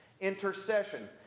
intercession